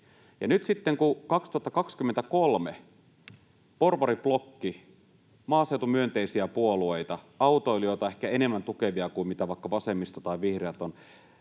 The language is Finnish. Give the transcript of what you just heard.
nyt sitten vuonna 2023 porvariblokki — maaseutumyönteisiä puolueita, autoilijoita ehkä enemmän tukevia kuin mitä vaikka vasemmisto tai vihreät ovat,